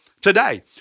today